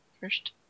first